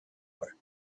hour